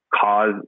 cause